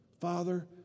Father